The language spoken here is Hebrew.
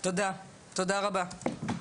תודה, תודה רבה.